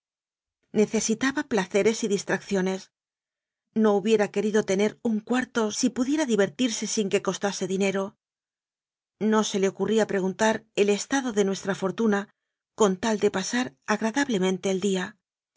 necesitaba placeres y distracciones no hubie ra querido tener un cuarto si pudiera divertirse sin que costase dinero no se le ocurría preguntar el estado de nuestra fortuna con tal de pasar agradablemente el día